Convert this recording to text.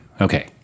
okay